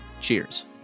Cheers